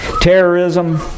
terrorism